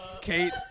Kate